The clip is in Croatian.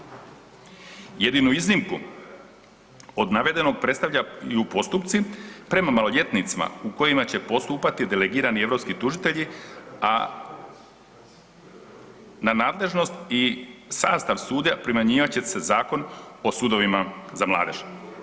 Jedinu iznimku od navedenog predstavljaju postupci prema maloljetnici u kojima će postupati delegirani europski tužitelji a na nadležnost i sastav suda primjenjivat će se Zakon o sudovima za mladež.